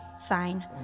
Fine